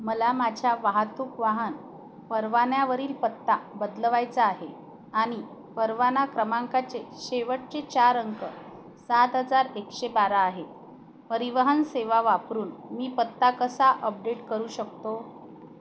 मला माझ्या वाहतूक वाहन परवान्यावरील पत्ता बदलवायचा आहे आणि परवाना क्रमांकाचे शेवटचे चार अंक सात हजार एकशे बारा आहे परिवहन सेवा वापरून मी पत्ता कसा अपडेट करू शकतो